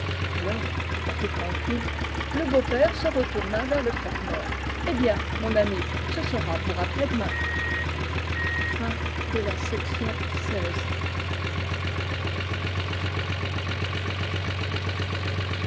alors tout à fait tranquille le beau-père se retourna vers le croque-mort eh bien mon ami ce sera pour aprèsdemain